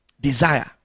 Desire